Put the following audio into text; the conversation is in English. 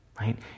right